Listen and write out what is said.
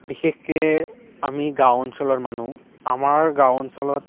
বিশেষকে আমি গাঁও অঞ্চলৰ মানুহ আমাৰ গাঁও অঞ্চলত